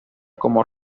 como